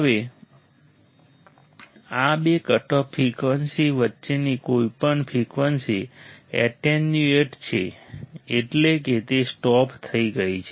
હવે આ બે કટઓફ ફ્રીક્વન્સી વચ્ચેની કોઈપણ ફ્રીક્વન્સી એટેન્યુએટેડ છે એટલે કે તે સ્ટોપ થઈ ગઈ છે